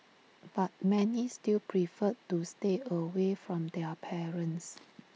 but many still preferred to stay away from their parents